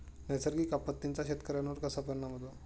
नैसर्गिक आपत्तींचा शेतकऱ्यांवर कसा परिणाम होतो?